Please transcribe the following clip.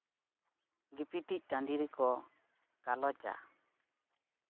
ᱜᱤᱯᱤᱛᱤᱡ ᱴᱟᱺᱰᱤ ᱨᱮᱠᱚ ᱜᱟᱞᱚᱜᱼᱟ